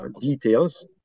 details